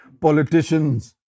politicians